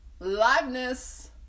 liveness